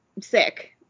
sick